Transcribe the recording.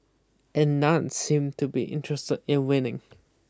and none seemed to be interested in winning